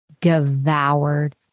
devoured